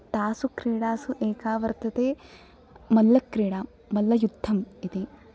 तासु क्रीडासु एका वर्तते मल्लक्रीडा मल्लयुद्धम् इति